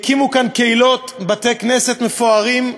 הקימו כאן קהילות, בתי-כנסת מפוארים,